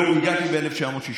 ראו, הגעתי ב-1962.